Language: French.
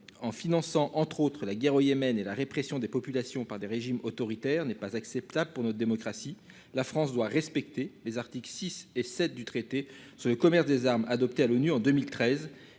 en finançant entre autres la guerre au Yémen et la répression des populations par des régimes autoritaires n'est pas acceptable pour notre démocratie. La France doit respecter les articles 6 et 7 du traité sur le commerce des armes. Adopté à l'ONU en 2013.